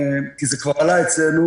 כי זה עלה אצלנו